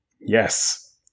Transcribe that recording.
Yes